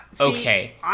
Okay